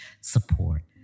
support